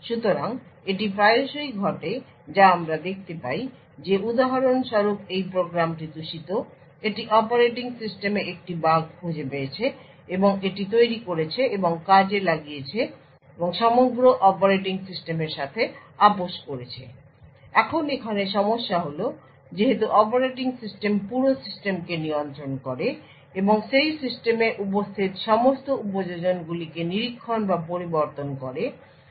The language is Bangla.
সুতরাং এটি প্রায়শই ঘটে যা আমরা দেখতে পাই যে উদাহরণস্বরূপ এই প্রোগ্রামটি দূষিত এটি অপারেটিং সিস্টেমে একটি বাগ খুঁজে পেয়েছে এবং এটি তৈরি করেছে এবং কাজে লাগিয়েছে এবং সমগ্র অপারেটিং সিস্টেমের সাথে আপস করেছে। এখন এখানে সমস্যা হল যেহেতু অপারেটিং সিস্টেম পুরো সিস্টেমকে নিয়ন্ত্রণ করে এবং সেই সিস্টেমে উপস্থিত সমস্ত উপযোজনগুলিকে নিরীক্ষণ বা পরিবর্তন করতে পারে